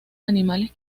animales